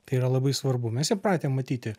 tai yra labai svarbu mes įpratę matyti